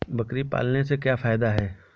बकरी पालने से क्या फायदा है?